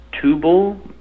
Tubal